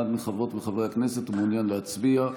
אחד מחברות וחברי הכנסת מעוניין להצביע?